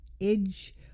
edge